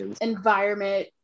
environment